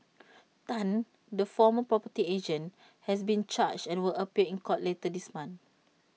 Tan the former property agent has been charged and will appear in court later this month